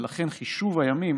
ולכן חישוב הימים